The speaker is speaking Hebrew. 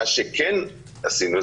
מה שכן עשינו,